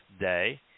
day